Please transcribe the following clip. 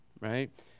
right